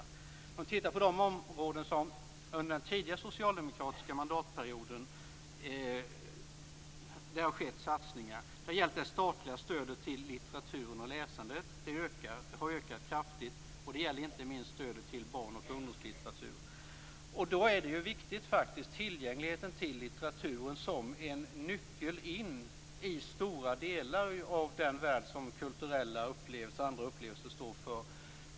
Om man tittar på de områden där det under den tidigare socialdemokratiska mandatperioden har skett satsningar så har det gällt det statliga stödet till litteraturen och läsandet. Det har ökat kraftigt. Det gäller inte minst stödet till barn och ungdomslitteratur. Då är det faktiskt viktigt med tillgängligheten till litteraturen som en nyckel in i stora delar av den värld som kulturella upplevelser och andra upplevelser står för.